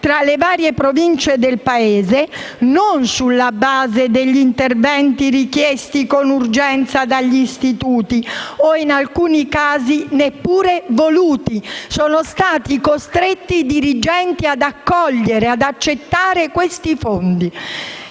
tra le varie province del Paese non sulla base degli interventi richiesti con urgenza dagli istituti o, in alcuni casi, neppure voluti. I dirigenti sono stati costretti ad accettare questi fondi,